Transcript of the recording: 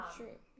true